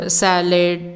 salad